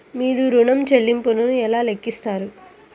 మీరు ఋణ ల్లింపులను ఎలా లెక్కిస్తారు?